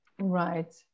right